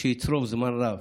שיצרוב זמן רב.